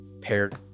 paired